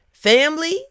family